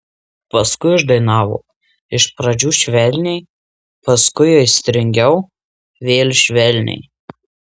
paskui uždainavo iš pradžių švelniai paskui aistringiau vėl švelniai